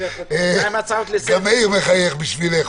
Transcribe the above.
מי נגד?